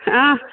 آ